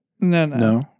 no